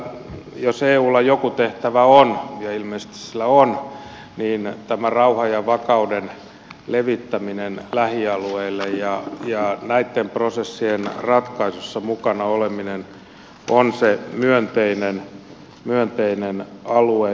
ja jos eulla joku tehtävä on ja ilmeisesti sillä on niin tämä rauhan ja vakauden levittäminen lähialueille ja näitten prosessien ratkaisuissa mukana oleminen on se myönteinen alue